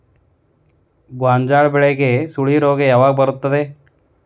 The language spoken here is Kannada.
ಗೋಂಜಾಳ ಬೆಳೆಗೆ ಸುಳಿ ರೋಗ ಯಾವಾಗ ಬರುತ್ತದೆ?